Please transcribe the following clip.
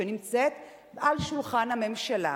שנמצאת על שולחן הממשלה,